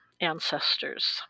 ancestors